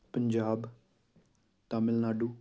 Punjab Tamil Nadu